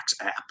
app